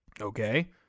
okay